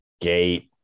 gate